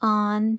on